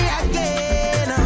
again